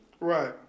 Right